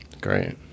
great